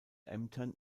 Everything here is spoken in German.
ämtern